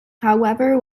however